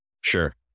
Sure